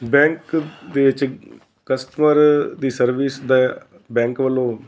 bank ਦੇ ਵਿਚ customer ਦੀ ਸਰਵਿਸ ਦਾ ਬੈਂਕ ਵੱਲੋਂ